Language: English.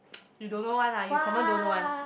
you don't know [one] lah you confirm don't know [one]